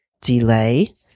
delay